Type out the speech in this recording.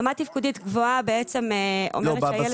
רמה תפקודית גבוהה בעצם אומרת שהילד --- לא,